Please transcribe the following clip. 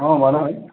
अँ भन भाइ